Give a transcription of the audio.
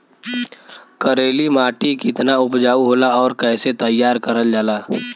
करेली माटी कितना उपजाऊ होला और कैसे तैयार करल जाला?